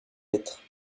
lettres